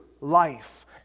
life